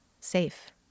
safe